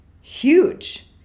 huge